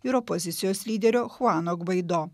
ir opozicijos lyderio chuano gvaido